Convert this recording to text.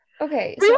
okay